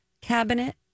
cabinet